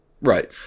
Right